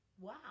Wow